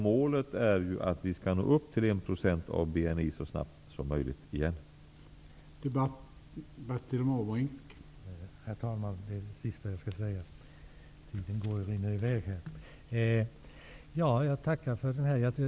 Målet är att vi så snabbt som möjligt igen skall nå upp till 1 % av